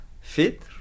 fit